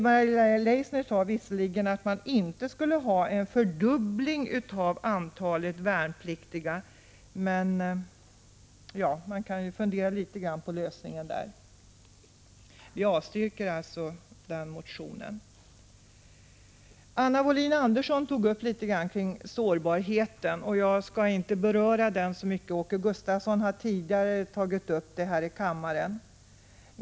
Maria Leissner sade visserligen att man inte skulle ha en fördubbling av antalet värnpliktiga, men man kan ju fundera litet grand på lösningen där. Utskottet avstyrker den motionen. Anna Wohlin-Andersson tog upp sårbarheten. Jag skall inte beröra den frågan så mycket. Åke Gustavsson har tidigare tagit upp den här i kammaren.